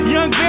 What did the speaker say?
Young